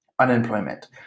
Unemployment